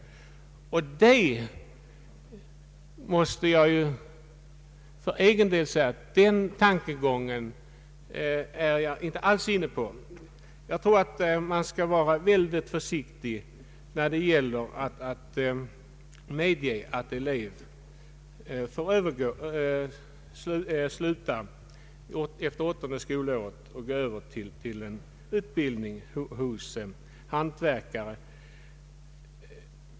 Jag måste för egen del säga att jag inte alls är inne på denna tankegång. Jag anser att man bör vara mycket försiktig när man medger att elev skall få sluta efter åttonde skolåret och gå över till utbildning hos hantverkare.